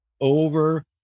over